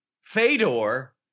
Fedor